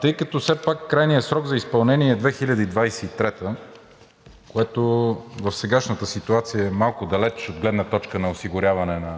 Тъй като все пак крайният срок за изпълнение е 2023 г., което в сегашната ситуация е малко далече от гледна точка на осигуряване на